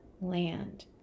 land